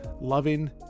loving